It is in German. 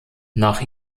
nach